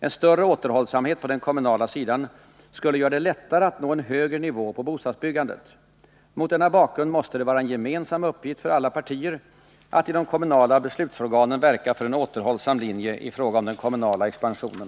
En större återhållsamhet på den kommunala sidan skulle göra det lättare att nå en högre nivå på bostadsbyggandet. Mot denna bakgrund måste det vara en gemensam uppgift för alla partier att i de kommunala beslutsorganen verka för en återhållsam linje i fråga om den kommunala expansionen.